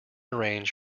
arrange